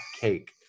cake